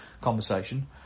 conversation